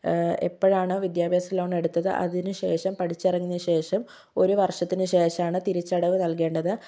എപ്പോഴാണ് വിദ്യാഭ്യാസ ലോൺ എടുത്തത് അതിനു ശേഷം പഠിച്ചിറങ്ങിയശേഷം ഒരു വർഷത്തിനുശേഷമാണ് തിരിച്ചടവ് നൽകേണ്ടത്